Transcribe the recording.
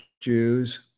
Jews